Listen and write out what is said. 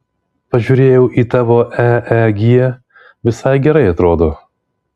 pažiūrėjau į tavo eeg visai gerai atrodo